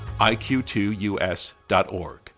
IQ2US.org